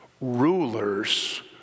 Rulers